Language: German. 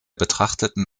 betrachteten